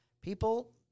People